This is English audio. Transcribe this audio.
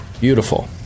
beautiful